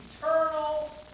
eternal